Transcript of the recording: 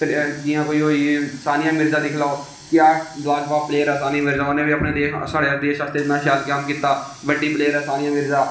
जि'यां कोई होई गेई सानिया मिर्जा दिक्खी लैओ क्या लाजबाब प्लेयर ऐ सानिया मिर्जा उ'नें बी अपने देश दा साढ़े देश आस्तै इन्ना शैल कम्म कीता बड़ी प्लेयर ऐ सानिया मिर्जा